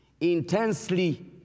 intensely